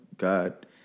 God